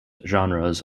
genres